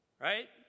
right